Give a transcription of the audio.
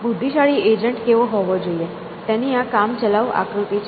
બુદ્ધિશાળી એજન્ટ કેવો હોવો જોઈએ તેની આ કામચલાઉ આકૃતિ છે